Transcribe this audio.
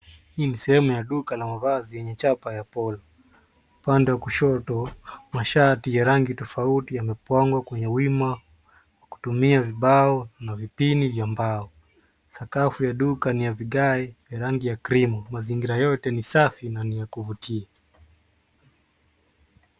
Hii ni sehemu ya duka la mavazi yenye chapa ya polo. Upande wa kushoto mashati ya rangi tofauti yamepangwa kwenye wima, kwa kutumia vibao na vipini vya mbao. Sakafu ya duka ni ya vigae ya rangi ya krimu. Mazingira yote ni safi na ni ya kuvutia.